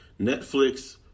Netflix